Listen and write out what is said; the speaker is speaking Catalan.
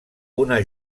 una